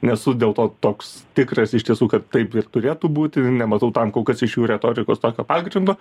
nesu dėl to toks tikras iš tiesų kad taip ir turėtų būti nematau tam kol kas iš jų retorikos tokio pagrindo